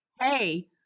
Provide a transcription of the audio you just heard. hey